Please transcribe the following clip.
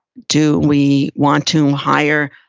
do we want to hire,